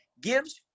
gives